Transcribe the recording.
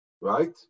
Right